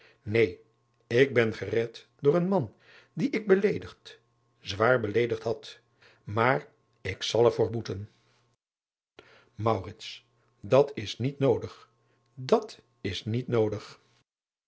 neen ik ben gered door een man dien ik beleedigd zwaar beleedigd had aar ik zal er voor boeten at is niet noodig dat is niet noodig